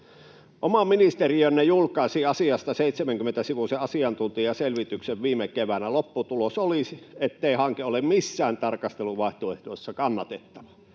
Oma ministeriönne julkaisi asiasta 70-sivuisen asiantuntijaselvityksen viime keväänä. Lopputulos oli, ettei hanke ole missään tarkasteluvaihtoehdossa kannatettava.